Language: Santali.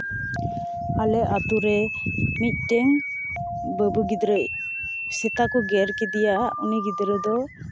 ᱟᱞᱮ ᱟᱹᱛᱩᱨᱮ ᱢᱤᱫᱴᱮᱱ ᱵᱟᱹᱵᱩ ᱜᱤᱫᱽᱨᱟᱹ ᱥᱮᱛᱟ ᱠᱚ ᱜᱮᱨ ᱠᱮᱫᱮᱭᱟ ᱩᱱᱤ ᱜᱤᱫᱽᱨᱟᱹᱫᱚ